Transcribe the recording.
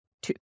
two